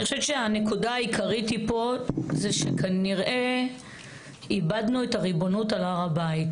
אני חושבת שהנקודה העיקרית היא שכנראה איבדנו את הריבונות על הר הבית,